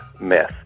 myth